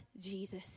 Jesus